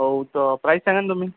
हो त प्राईस सांगा ना तुम्ही